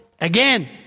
again